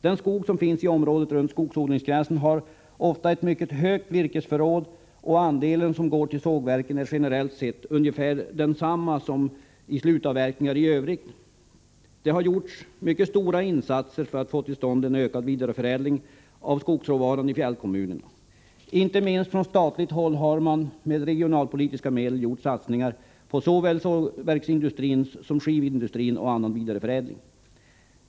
Den skog som finns i området runt skogsodlingsgränsen har ofta ett mycket högt virkesförråd, och andelen som går till sågverken är generellt sett ungefär densamma som beträffande slutavverkningar i övrigt. Det har gjorts mycket stora insatser för att få till stånd en ökad vidareförädling av skogsråvara i fjällkommunerna. Inte minst från statligt håll har man med regionalpolitiska medel gjort satsningar på såväl sågverksindustri som skivindustri och annan vidareförädling.